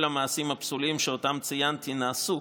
כל המעשים הפסולים שאותם ציינתי נעשו,